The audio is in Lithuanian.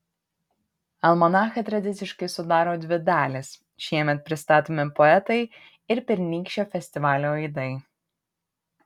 almanachą tradiciškai sudaro dvi dalys šiemet pristatomi poetai ir pernykščio festivalio aidai